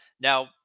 Now